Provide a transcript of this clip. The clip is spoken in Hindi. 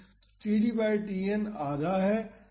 तो td बाई Tn आधा है